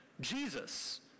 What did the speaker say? Jesus